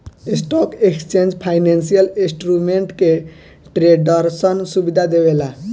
stock exchange financial instrument के ट्रेडरसन सुविधा देवेला